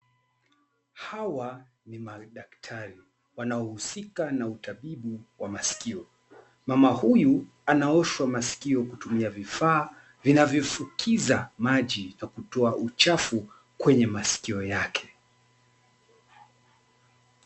Hawa ni madaktari, wanaohusika na utabibu wa maskio. Mama huyu anaoshwa maskio kutumia vifaa, vinavyofukiza maji na kutoa uchafu kwenye maskio yake.